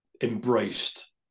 embraced